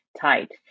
tight